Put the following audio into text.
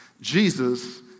Jesus